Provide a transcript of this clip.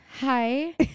hi